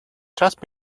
just